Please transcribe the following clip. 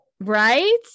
right